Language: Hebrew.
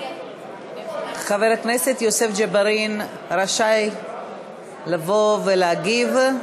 ג'בארין רשאי לבוא ולהגיב.